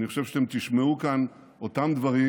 אני חושב שאתם תשמעו כאן אותם דברים,